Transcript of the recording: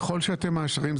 ככל שאתם מאשרים,